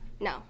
No